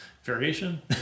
Variation